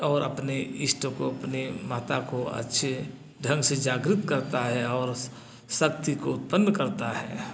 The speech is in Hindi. और अपने ईष्ट को अपने माता को अच्छे ढंग से जागृत करता है और शक्ति को उत्पन्न करता है